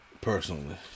personally